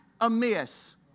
amiss